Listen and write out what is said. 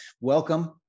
welcome